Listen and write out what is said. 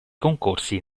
concorsi